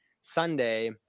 Sunday